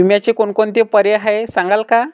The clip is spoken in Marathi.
विम्याचे कोणकोणते पर्याय आहेत सांगाल का?